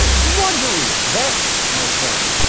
drudgery! that, my friend,